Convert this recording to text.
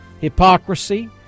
hypocrisy